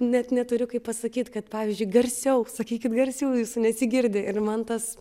net neturiu kaip pasakyt kad pavyzdžiui garsiau sakykit garsiau jūsų nesigirdi ir man tas